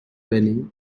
penny